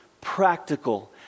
practical